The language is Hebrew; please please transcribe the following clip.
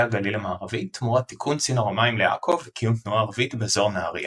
הגליל המערבי תמורת תיקון צינור המים לעכו וקיום תנועה ערבית באזור נהריה.